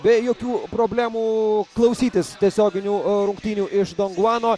be jokių problemų klausytis tiesioginių rungtynių iš donguano